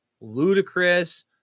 ludicrous